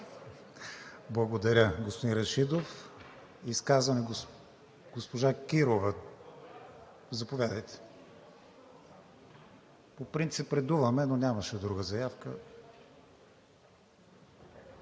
Благодаря, господин Рашидов. Изказване – госпожа Кирова, заповядайте. (Реплики.) По принцип редуваме, но нямаше друга заявка.